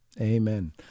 Amen